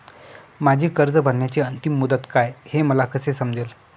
माझी कर्ज भरण्याची अंतिम मुदत काय, हे मला कसे समजेल?